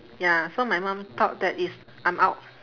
ya so my mum thought that is I'm out